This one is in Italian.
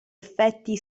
effetti